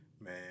Man